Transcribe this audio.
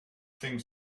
things